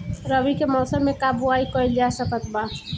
रवि के मौसम में का बोआई कईल जा सकत बा?